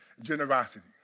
generosity